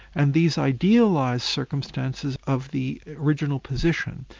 and these idealised circumstances of the original position.